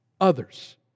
others